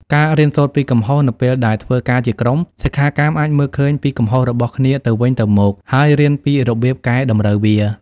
ការរៀនសូត្រពីកំហុស នៅពេលដែលធ្វើការជាក្រុម សិក្ខាកាមអាចមើលឃើញពីកំហុសរបស់គ្នាទៅវិញទៅមក ហើយរៀនពីរបៀបកែតម្រូវវា។